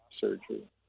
surgery